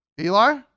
Eli